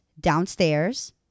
downstairs